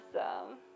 Awesome